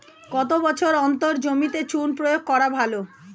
কত বছর অন্তর জমিতে চুন প্রয়োগ করা ভালো?